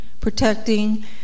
protecting